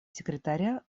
секретаря